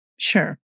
Sure